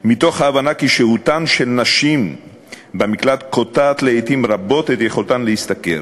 מתוך ההבנה ששהותן של נשים במקלט קוטעת פעמים רבות את יכולתן להשתכר,